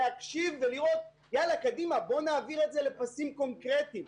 להקשיב ולראות איך מעבירים את זה לפסים קונקרטיים.